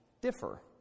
differ